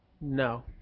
no